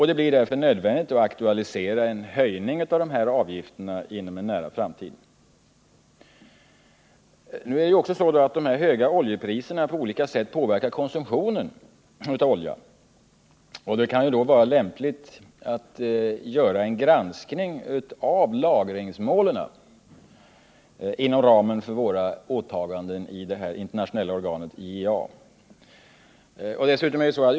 Det blir därför nödvändigt att aktualisera en höjning av avgifterna inom en nära framtid. De höga oljepriserna påverkar också konsumtionen av olja på olika sätt. Det kan mot den bakgrunden vara lämpligt att göra en granskning av lagringsmålen inom ramen för våra åtaganden i det internationella organet IEA.